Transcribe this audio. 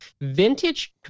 Vintage